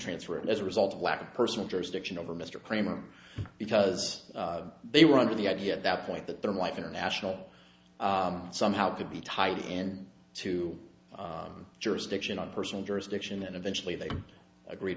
transfer and as a result of lack of personal jurisdiction over mr kramer because they were under the idea at that point that their life international somehow could be tied in to jurisdiction on personal jurisdiction and eventually they agreed